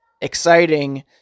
exciting